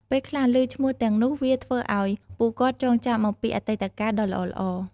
ពេលបានឮឈ្មោះទាំងនោះ វាធ្វើឲ្យពួកគាត់ចងចាំអំពីអតីតកាលដ៏ល្អៗ។